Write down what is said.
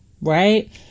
right